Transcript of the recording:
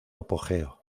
apogeo